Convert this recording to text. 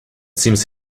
seems